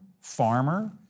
farmer